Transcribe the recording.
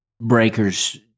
breakers